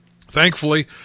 Thankfully